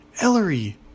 Ellery